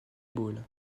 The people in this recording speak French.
ball